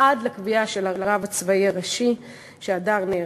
עד לקביעה של הרב הצבאי הראשי שהדר נהרג.